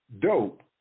dope